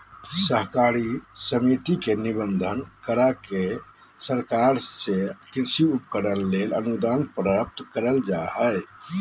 सहकारी समिति के निबंधन, करा के सरकार से कृषि उपकरण ले अनुदान प्राप्त करल जा हई